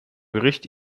gericht